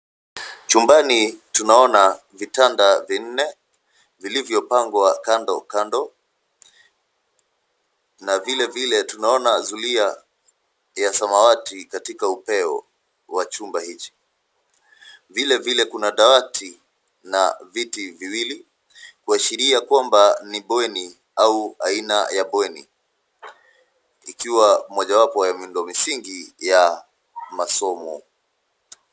Chumbani tunaona vitanda vinne, vilivyopangwa kando kando na vilevile tunaona zulia ya samawati katika upeo wa chumba hichi. Vilevile kuna dawati na viti viwili kuashiria kwamba ni bweni au aina ya bweni, ikiwa mojawapo ya miundo misingi ya masomo.